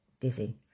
Dizzy